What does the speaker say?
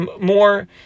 more